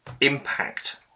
impact